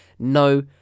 no